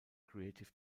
creative